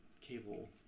cable-